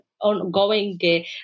ongoing